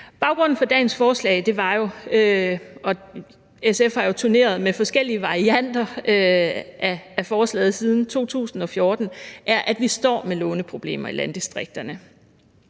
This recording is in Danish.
Baggrunden for dagens forslag er jo, og SF har turneret med forskellige varianter af forslaget siden 2014, at vi står med låneproblemer i landdistrikterne.